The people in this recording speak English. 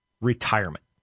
retirement